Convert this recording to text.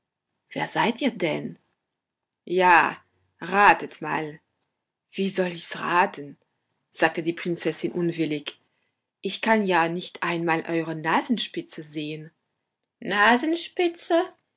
wer seid ihr denn ja ratet mal wie soll ich's raten sagte die prinzessin unwillig ich kann ja nicht einmal eure nasenspitze sehen nasenspitze